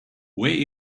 where